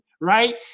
right